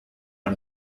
par